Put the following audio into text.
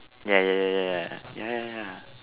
ya ya ya ya ya ya ya